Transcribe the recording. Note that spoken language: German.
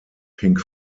pink